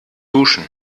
duschen